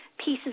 pieces